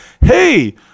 hey